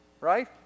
Right